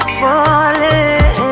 falling